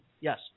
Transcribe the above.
Yes